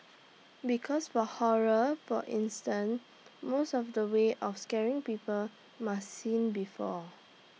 because for horror for instance most of the ways of scaring people must seen before